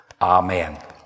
amen